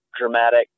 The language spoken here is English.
dramatic